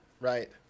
right